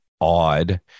odd